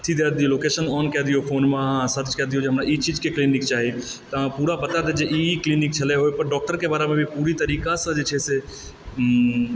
अथी दऽ दिऔ लोकेशन ओन कए दिऔ फोनमे अहाँ सर्च कए दिऔ कि हमरा ई चीजकऽ क्लिनिक चाही तऽ पूरा बता देत ई ई क्लिनिक छलह ओहि पर डॉक्टरके बारेमे भी पूरी तरीकासँ जे छै